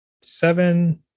Seven